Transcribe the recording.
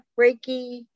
Reiki